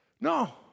No